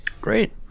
Great